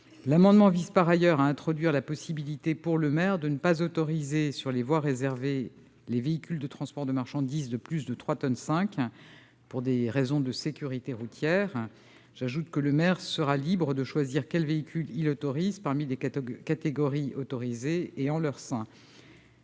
amendement vise par ailleurs à introduire la possibilité pour le maire de ne pas autoriser, sur ces voies réservées, les véhicules de transport de marchandises de plus de 3,5 tonnes, pour des raisons de sécurité routière. J'ajoute que le maire sera libre de choisir quel véhicule il autorise parmi les catégories autorisées et en leur sein.